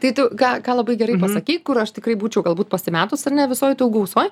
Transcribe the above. tai tu ga ką labai gerai pasakei kur aš tikrai būčiau galbūt pasimetus ar ne visoj toj gausoj